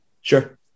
sure